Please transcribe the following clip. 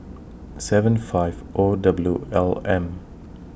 seven five O W L M